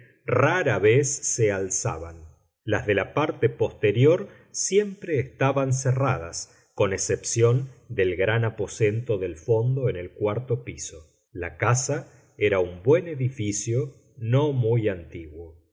rara vez se alzaban las de la parte posterior siempre estaban cerradas con excepción del gran aposento del fondo en el cuarto piso la casa era un buen edificio no muy antiguo